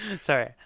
Sorry